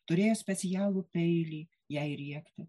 turėjo specialų peilį jai riekti